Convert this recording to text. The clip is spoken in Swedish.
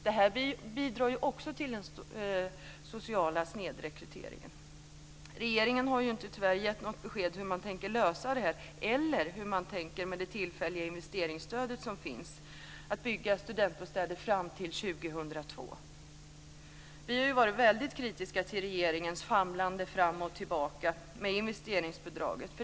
Det bidrar också till den sociala snedrekryteringen. Regeringen har tyvärr inte gett något besked om hur man tänker lösa det här problemet eller hur man med det tillfälliga investeringsstöd som finns tänker bygga studentbostäder fram till 2002. Vi har varit väldigt kritiska till regeringens famlande fram och tillbaka med investeringsbidraget.